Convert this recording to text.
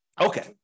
Okay